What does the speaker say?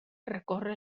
recorre